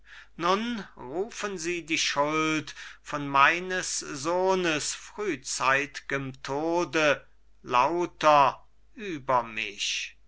nun rufen sie die schuld von meines sohnes frühzeit'gem tode lauter über mich